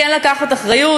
כן לקחת אחריות.